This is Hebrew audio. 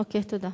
אוקיי, תודה.